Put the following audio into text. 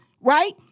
right